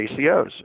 ACOs